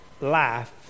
life